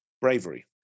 bravery